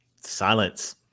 silence